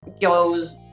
goes